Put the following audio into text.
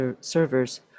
servers